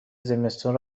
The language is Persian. زمستون